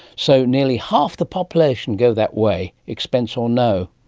so nearly half the population go that way expense or no.